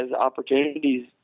opportunities